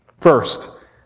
First